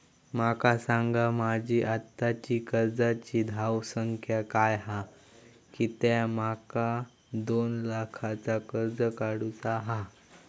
माका सांगा माझी आत्ताची कर्जाची धावसंख्या काय हा कित्या माका दोन लाखाचा कर्ज काढू चा हा?